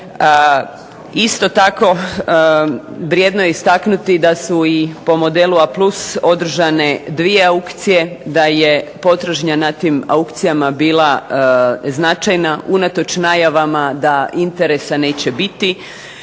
Isto tako vrijedno je istaknuti da su i po modelu A+ održane 2 aukcije, da je potražnja na tim aukcijama bila značajna unatoč najavama da interesa neće biti,